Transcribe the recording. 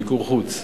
מיקור חוץ,